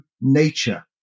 nature